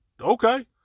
Okay